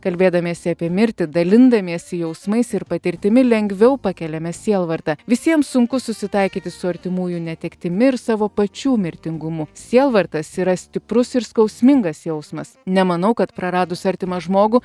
kalbėdamiesi apie mirtį dalindamiesi jausmais ir patirtimi lengviau pakeliame sielvartą visiems sunku susitaikyti su artimųjų netektimi ir savo pačių mirtingumu sielvartas yra stiprus ir skausmingas jausmas nemanau kad praradus artimą žmogų